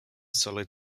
solid